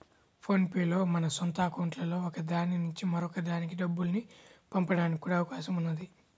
phone pay లో మన సొంత అకౌంట్లలో ఒక దాని నుంచి మరొక దానికి డబ్బుల్ని పంపడానికి కూడా అవకాశం ఉన్నది